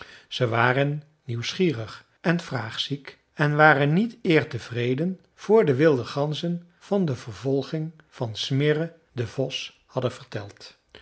ze waren nieuwsgierig en vraagziek en waren niet eer tevreden voor de wilde ganzen van de vervolging van smirre den vos hadden verteld